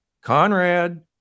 Conrad